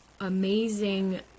amazing